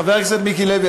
חבר הכנסת מיקי לוי,